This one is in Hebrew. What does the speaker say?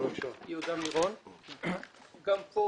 גם פה